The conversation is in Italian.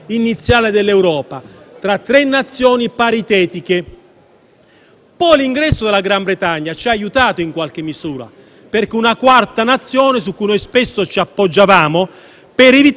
Poi, l'ingresso della Gran Bretagna in qualche misura, ci ha aiutato perché era una quarta nazione su cui noi spesso ci appoggiavamo per evitare che l'asse europeo fosse sbilanciato dalla riunificazione tedesca,